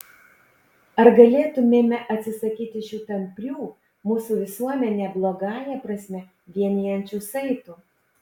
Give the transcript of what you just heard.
ar galėtumėme atsisakyti šių tamprių mūsų visuomenę blogąją prasme vienijančių saitų